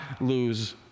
lose